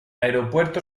aeropuerto